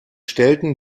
stellten